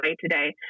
today